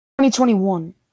2021